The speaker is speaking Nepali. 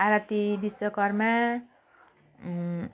आरती विश्वकर्मा